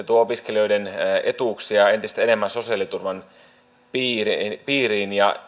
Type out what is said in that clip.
tuo opiskelijoiden etuuksia entistä enemmän sosiaaliturvan piiriin piiriin ja